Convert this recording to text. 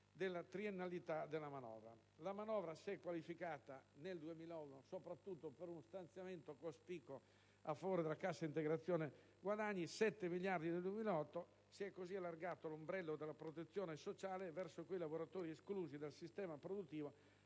della triennalità della manovra. La manovra si è qualificata soprattutto per uno stanziamento cospicuo a favore della cassa integrazione guadagni di 7 miliardi di euro per l'anno 2009. Si è così allargato l'ombrello della protezione sociale verso quei lavoratori esclusi dal sistema produttivo